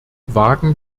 wagen